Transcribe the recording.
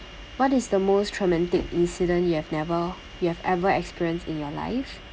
what is the most traumatic incident you've never you've ever experienced in your life